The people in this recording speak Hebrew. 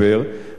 והלוואי,